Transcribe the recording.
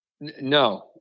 No